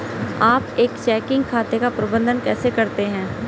आप एक चेकिंग खाते का प्रबंधन कैसे करते हैं?